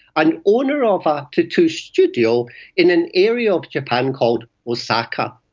an owner of a tattoo studio in an area of japan called osaka.